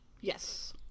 Yes